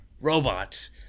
robots